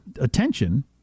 attention